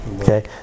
Okay